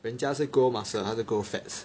人家是 grow muscle 他是 grow fats